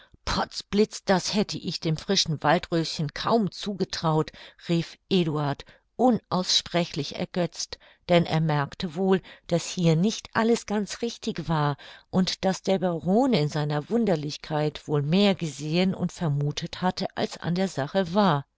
potz blitz das hätte ich dem frischen waldröschen kaum zugetraut rief eduard unaussprechlich ergötzt denn er merkte wohl daß hier nicht alles ganz richtig war und daß der baron in seiner wunderlichkeit wohl mehr gesehen und vermuthet hatte als an der sache war